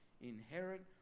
inherit